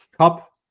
cup